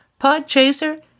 Podchaser